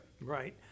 Right